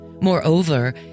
Moreover